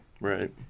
Right